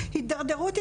הידרדרות,